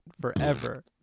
forever